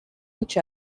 each